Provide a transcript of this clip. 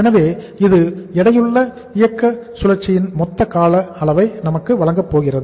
எனவே இது எடையுள்ள இயக்க சுழற்சியின் மொத்த கால அளவை நமக்கு வழங்கப் போகிறது